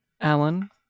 Alan